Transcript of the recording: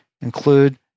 include